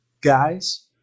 guys